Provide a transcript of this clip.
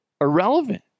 irrelevant